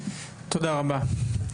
תודה רבה.